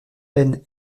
pennes